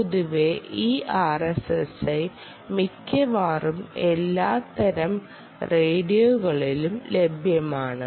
പൊതുവേ ഈ RSSI മിക്കവാറും എല്ലാത്തരം റേഡിയോകളിലും ലഭ്യമാണ്